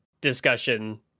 discussion